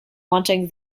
wanting